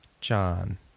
John